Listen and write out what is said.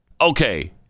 Okay